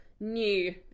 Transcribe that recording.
new